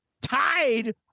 tied